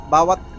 Bawat